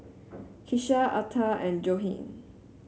Kisha Alta and Johnie